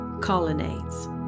colonnades